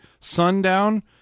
Sundown